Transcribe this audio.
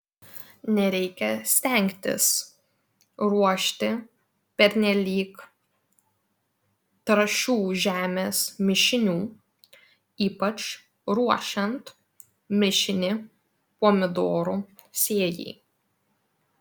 nereikia stengtis ruošti pernelyg trąšių žemės mišinių ypač ruošiant mišinį pomidorų sėjai